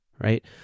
right